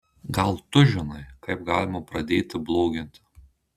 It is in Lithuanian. gal tu žinai kaip galima pradėti bloginti